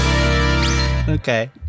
Okay